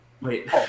Wait